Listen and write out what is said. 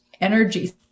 energy